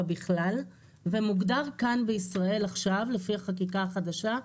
בכלל ומוגדר כאן בישראל עכשיו לפי החקיקה החדשה,